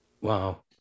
Wow